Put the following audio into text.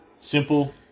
Simple